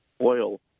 oil